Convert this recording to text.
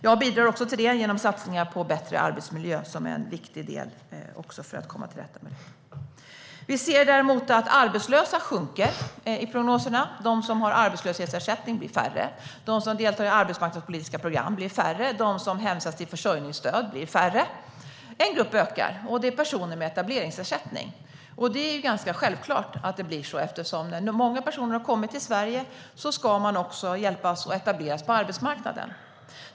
Jag bidrar också i detta arbete genom satsningar på bättre arbetsmiljö, som är en viktig del för att man ska komma till rätta med sjuktalen. Antalet arbetslösa sjunker däremot enligt prognoserna. De som har arbetslöshetsersättning blir färre. De som deltar i arbetsmarknadspolitiska program blir färre. De som hänvisas till försörjningsstöd blir färre. Men en grupp ökar, och det är personer med etableringsersättning. Det är ganska självklart, eftersom när många personer har kommit till Sverige ska de också ha hjälp att etableras på arbetsmarknaden.